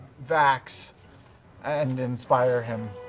vax and inspire him.